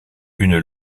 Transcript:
une